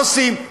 מה עושים?